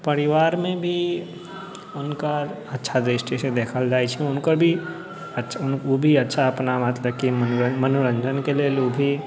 परिवारमे भी हुनकर अच्छा दृष्टिसँ देखल जाइ छै हुनकर भी ओ भी अच्छा अपना मतलब कि मनोरञ्जनके लेल ओ भी